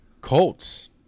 Colts